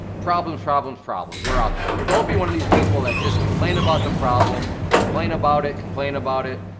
problems, problems, problems, they're out there. but don't be one of these people that just complain about the problem, complain about it, complain about it.